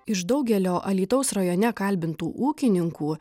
iš daugelio alytaus rajone kalbintų ūkininkų